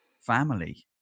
family